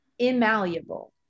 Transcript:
immalleable